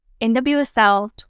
NWSL